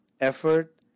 effort